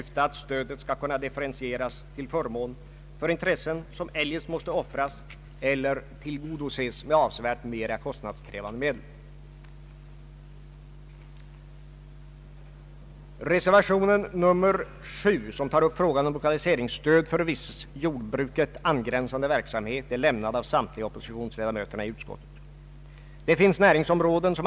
Förutsättningarna härför komme att förbättras väsentligt genom de handlingsprogram — länsprogram 1970 — som för närvarande utarbetades av länsstyrelserna och planeringsråden.